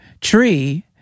tree